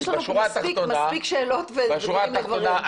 יש לנו פה מספיק שאלות ודברים לברר,